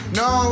no